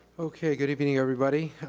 okay, good evening everybody.